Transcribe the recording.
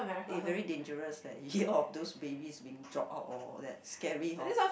eh very dangerous eh hear of those babies being drop out and all that scary hor